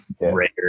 rare